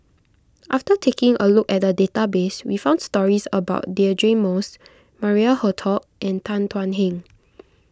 after taking a look at the database we found stories about Deirdre Moss Maria Hertogh and Tan Thuan Heng